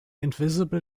invisible